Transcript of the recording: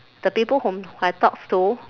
the people whom I talks to